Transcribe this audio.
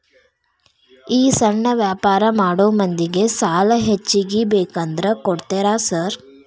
ಈ ಸಣ್ಣ ವ್ಯಾಪಾರ ಮಾಡೋ ಮಂದಿಗೆ ಸಾಲ ಹೆಚ್ಚಿಗಿ ಬೇಕಂದ್ರ ಕೊಡ್ತೇರಾ ಸಾರ್?